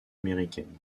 américaines